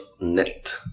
net